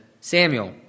Samuel